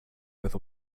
with